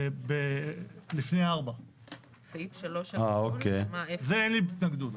לפני 4. זה אין לי התנגדות.